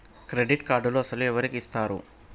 Credit కార్డులు అసలు ఎవరికి ఇస్తారు?